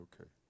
Okay